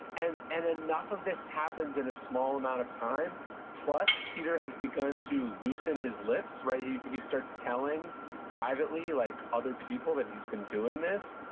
and and enough of this happens in a small amount of time plus, peter has begun to loosen his lips. he he starts telling privately like other people that he's been doing this.